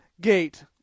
gate